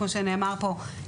כמו שנאמר פה,